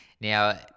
Now